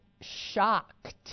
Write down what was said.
shocked